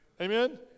Amen